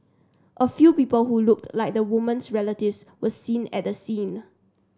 a few people who looked like the woman's relatives were seen at the scene